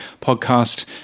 podcast